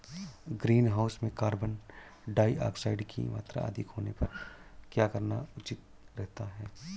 Greenhouse में carbon dioxide की मात्रा अधिक होने पर क्या करना उचित रहता है?